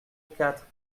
quatre